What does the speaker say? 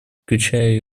включая